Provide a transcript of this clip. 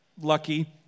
Lucky